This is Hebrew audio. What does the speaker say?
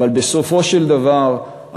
אבל בסופו של דבר,